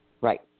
Right